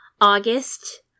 August